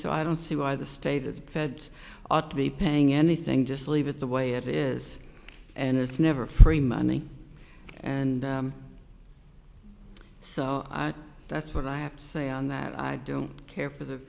so i don't see why the state of feds ought to be paying anything just leave it the way it is and it's never free money and so that's what i have to say on that i don't care for the